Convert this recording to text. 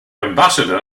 ambassador